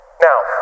Now